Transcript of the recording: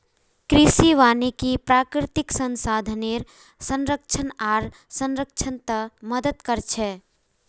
कृषि वानिकी प्राकृतिक संसाधनेर संरक्षण आर संरक्षणत मदद कर छे